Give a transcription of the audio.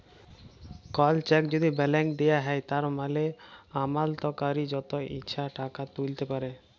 call cheque যদি blank দিঁয়া হ্যয় তার মালে আমালতকারি যত ইছা টাকা তুইলতে পারে